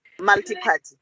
multi-party